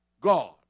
God